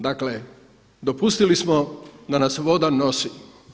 Dakle dopustili smo da nas voda nosi.